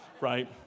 right